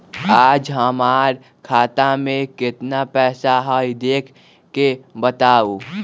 आज हमरा खाता में केतना पैसा हई देख के बताउ?